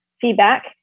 feedback